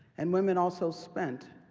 and women also spent